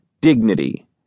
dignity